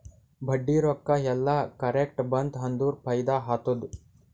ಬಡ್ಡಿ ರೊಕ್ಕಾ ಎಲ್ಲಾ ಕರೆಕ್ಟ್ ಬಂತ್ ಅಂದುರ್ ಫೈದಾ ಆತ್ತುದ್